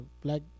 black